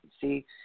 see –